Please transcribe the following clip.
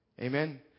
Amen